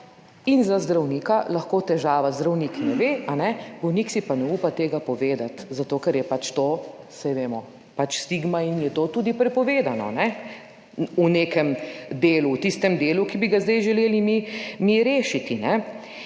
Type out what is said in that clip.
in za zdravnika lahko težava: zdravnik ne ve, bolnik si pa ne upa tega povedati, zato, ker je pač to, saj vemo pač stigma in je to tudi prepovedano v nekem delu, v tistem delu, ki bi ga zdaj želeli mi rešiti.